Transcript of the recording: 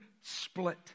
split